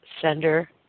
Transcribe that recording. sender